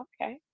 okay